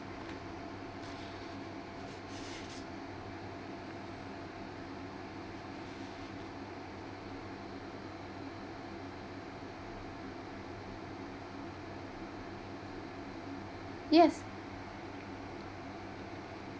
yes